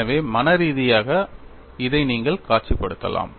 எனவே மனரீதியாக இதை நீங்கள் காட்சிப்படுத்தலாம்